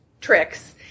tricks